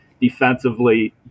defensively